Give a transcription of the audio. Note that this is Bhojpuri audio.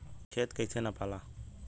खेत कैसे नपाला?